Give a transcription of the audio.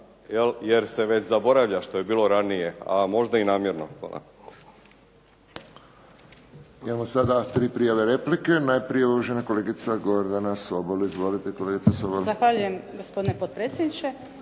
jer se već zaboravlja što je bilo ranije, a možda i namjerno.